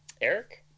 Eric